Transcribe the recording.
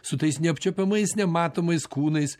su tais neapčiuopiamais nematomais kūnais